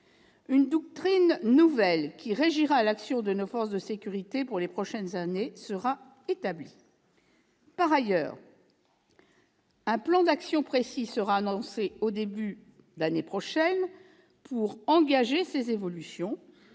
Une doctrine nouvelle, qui régira l'action de nos forces de sécurité pour les prochaines années, sera établie. Par ailleurs, un plan d'action précis sera annoncé en début d'année prochaine pour engager ces évolutions.